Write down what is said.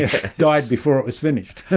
yeah died before it was finished.